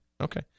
Okay